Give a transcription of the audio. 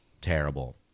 terrible